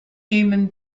human